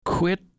Quit